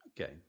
Okay